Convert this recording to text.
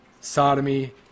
sodomy